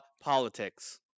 Politics